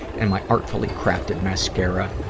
and my artfully-crafted mascara,